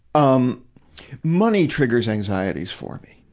um money triggers anxieties for me.